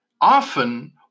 Often